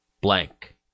blank